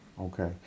okay